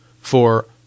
for